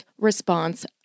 response